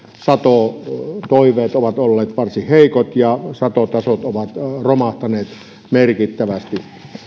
satotoiveet ovat olleet varsin heikot ja satotasot ovat romahtaneet merkittävästi